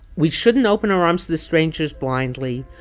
we shouldn't open our arms to strangers blindly.